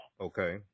Okay